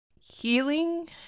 healing